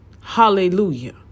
Hallelujah